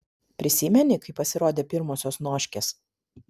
prisimeni kai pasirodė pirmosios noškės